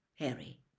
Harry